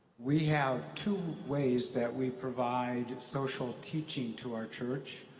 we have two ways that we provide social teaching to our church.